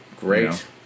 Great